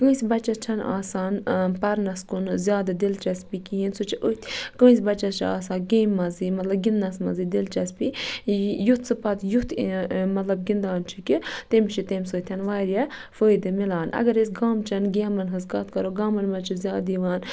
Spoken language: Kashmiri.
کٲنسہِ بَچَس چھَنہٕ آسان ٲں پَرنَس کُن زیادٕ دِلچَسپی کِہیٖنۍ سُہ چھُ أتھۍ کٲنسہِ بَچَس چھِ آسان گیمہِ مَنٛزٕے مطلب گِندنَس مَنزٕے دِلچَسپی یُتھ سُہ پَتہٕ یُتھ مطلب گِندان چھُ کہِ تٔمِس چھُ تَمہِ سۭتۍ واریاہ فٲیدٕ مِلان اگر أسۍ گامچٮ۪ن گیمَن ہنٛز کَتھ کَرو گامَن مَنٛز چھِ زیادٕ یِوان